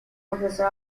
ofrecer